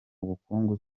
bukungu